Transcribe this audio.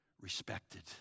respected